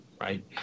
Right